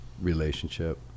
relationship